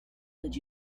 did